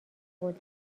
قدرت